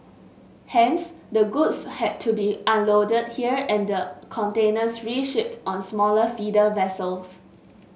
hence the goods had to be unloaded here and the containers reshipped on smaller feeder vessels